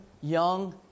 young